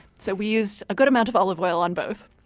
so we used a good amount of olive oil on both,